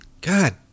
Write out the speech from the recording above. god